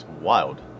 wild